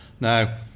Now